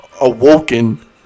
awoken